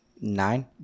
Nine